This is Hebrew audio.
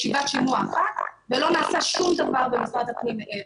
ישיבת שימוע אחת ולא נעשה שום דבר במשרד הפנים מעבר.